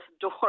door